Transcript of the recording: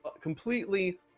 completely